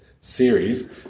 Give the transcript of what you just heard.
series